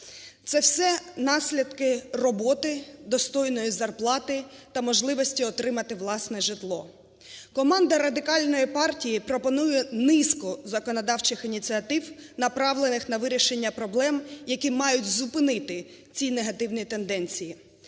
Це все наслідки роботи, достойної зарплати та можливості отримати власне житло. Команда Радикальної партії пропонує низку законодавчих ініціатив, направлених на вирішення проблем, які мають зупинити ці негативні тенденції.